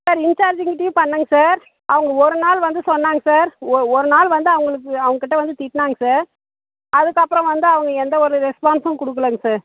sir இன்ச்சார்ஜுங்ககிட்டயும் பண்ணங்க sir அவங்க ஒருநாள் வந்து சொன்னாங்க சார் ஒ ஒரு நாள் வந்து அவங்களுக்கு அவங்ககிட்ட வந்து திட்டுனாங்க சார் அதற்கப்பறம் வந்து அவங்க எந்த ஒரு ரெஸ்பான்ஸும் கொடுக்கலங்க சார்